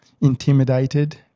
intimidated